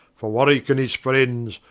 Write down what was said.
for warwicke and his friends,